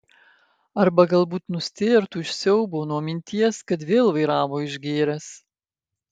arba galbūt nustėrtų iš siaubo nuo minties kad vėl vairavo išgėręs